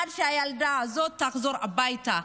עד שהילדה הזאת תחזור הביתה,